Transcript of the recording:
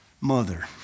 mother